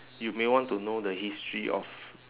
you may want to know the history of